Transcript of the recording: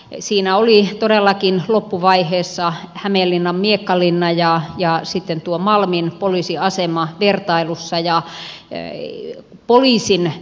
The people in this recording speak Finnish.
sijoituspaikan osalta olivat todellakin loppuvaiheessa hämeenlinnan miekkalinna ja sitten malmin poliisiasema vertailussa